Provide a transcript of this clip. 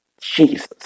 Jesus